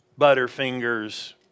Butterfingers